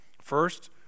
First